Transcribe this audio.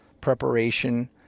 preparation